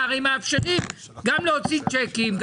שהרי מאפשרים גם להוציא צ'קים,